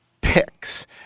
picks